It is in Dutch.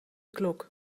klok